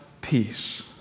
peace